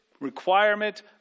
requirement